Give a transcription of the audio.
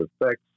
effects